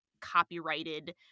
copyrighted